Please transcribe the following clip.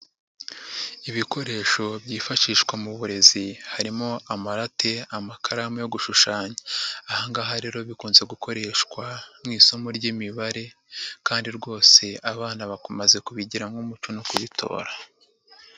Ibikoresho byifashishwa mu burezi, harimo amarate, amakaramu yo gushushanya, ahangaha rero bikunze gukoreshwa mu isomo ry'imibare kandi rwose abana bamaze kubigira nk'umuco no kubitora.